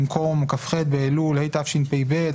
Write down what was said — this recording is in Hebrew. במקום כ"ח באלול התשפ"ב,